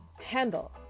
handle